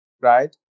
right